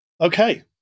Okay